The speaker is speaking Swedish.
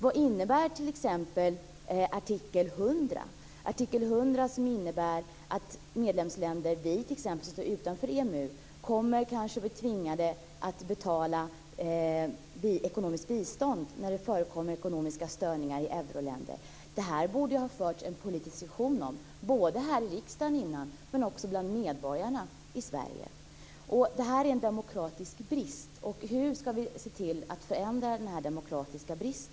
Vad innebär t.ex. artikel 100 som handlar om att medlemsländer - t.ex. Sverige - som står utanför EMU kanske blir tvingade att betala ekonomiskt bistånd när det förekommer ekonomiska störningar i euroländer? Det borde ju ha förts en politisk diskussion om detta, både här i riksdagen och också bland medborgarna i Sverige. Här råder det en demokratisk brist.